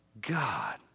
God